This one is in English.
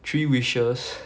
three wishes